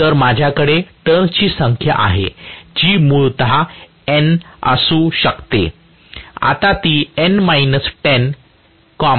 तर माझ्याकडे टर्न्सची संख्या आहे जशी मूळत N असू शकते आता ती N 10 N 5 होईल